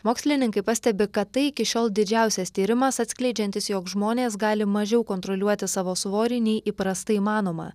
mokslininkai pastebi kad tai iki šiol didžiausias tyrimas atskleidžiantis jog žmonės gali mažiau kontroliuoti savo svorį nei įprastai manoma